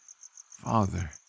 father